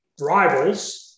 rivals –